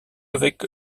avec